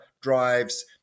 drives